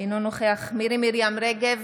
נוכח מירי מרים רגב,